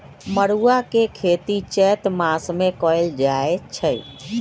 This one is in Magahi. मरुआ के खेती चैत मासमे कएल जाए छै